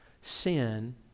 Sin